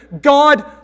God